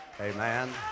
Amen